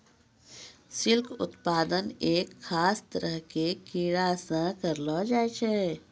silk उत्पादन एक खास तरह के कीड़ा सॅ करलो जाय छै